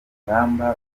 ngamba